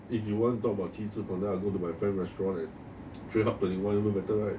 if you want to talk about 鸡翅膀 then I go to my friend restaurant at trade hub twenty one even better right